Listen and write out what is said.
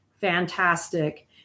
fantastic